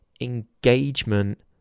engagement